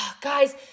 guys